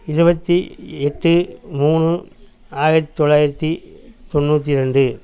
இருபத்தி எட்டு மூணு ஆயிரத்தி தொள்ளாயிரத்தி தொண்ணூற்றி ரெண்டு